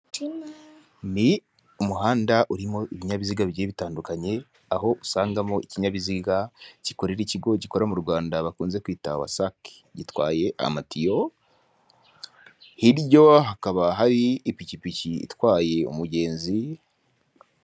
Ni umuhanda urimo ibinyabiziga bigiye bitandukanye aho usangamo ikinyabiziga gikorera ikigo gikora mu Rwanda bakunze kwita wasake gitwaye amatiyo, hiryo hakaba hari ipikipiki itwaye umugenzi.